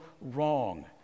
wrong